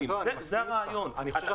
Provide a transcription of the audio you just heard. אני מסכים אתך.